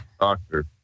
doctor